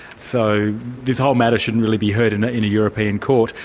so this whole matter shouldn't really be heard in in a european court'.